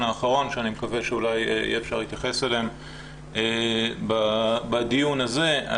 האחרון שאני מקווה שאולי יהיה אפשר להתייחס אליהם בדיון הזה.